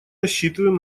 рассчитываем